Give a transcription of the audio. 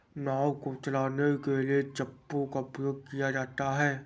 नाव को चलाने के लिए चप्पू का प्रयोग किया जाता है